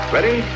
Ready